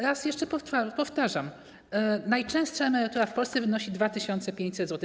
Raz jeszcze powtarzam, że najczęstsza emerytura w Polsce wynosi 2500 zł.